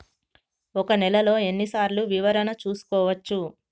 ఒక నెలలో ఎన్ని సార్లు వివరణ చూసుకోవచ్చు?